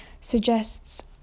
suggests